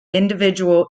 individual